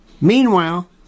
meanwhile